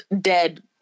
dead